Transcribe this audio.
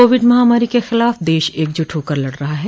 Covid महामारी के खिलाफ देश एकजुट होकर लड़ रहा है